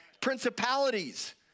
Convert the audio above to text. principalities